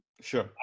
Sure